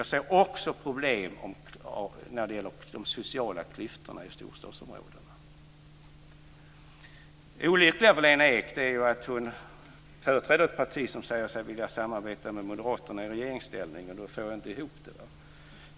Jag ser också problem när det gäller de sociala klyftorna i storstadsområdena. Det olyckliga för Lena Ek är att hon företräder ett parti som säger sig vilja samarbeta med Moderaterna i regeringsställning.